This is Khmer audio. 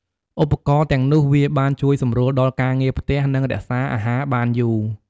ឧបករណ៍ទាំងនោះវាបានជួយសម្រួលដល់ការងារផ្ទះ និងរក្សាអាហារបានយូរ។